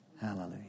Hallelujah